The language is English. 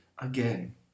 again